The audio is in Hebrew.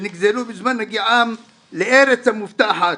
שנגזלו בזמן הגיעם לארץ המובטחת.